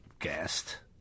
guest